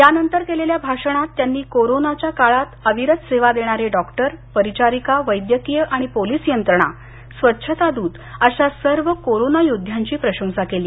यानंतर केलेल्या भाषणात त्यांनी कोरोनाच्या काळात अविरत सेवा देणारे डॉक्टर परिचारिका वैद्यकीय आणि पोलीस यंत्रणा स्वच्छता दूत अशा सर्व कोरोना योध्यांची प्रशंसा केली